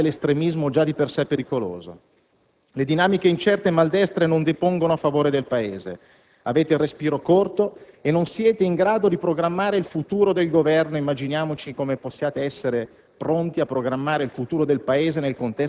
Con la vostra schizofrenia, alimentate l'estremismo, già di per sé pericoloso. Le dinamiche incerte e maldestre non depongono a favore del Paese. Avete il respiro corto e non siete in grado di programmare il futuro del Governo, immaginiamo come possiate essere